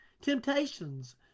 temptations